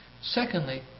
Secondly